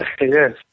Yes